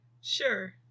Sure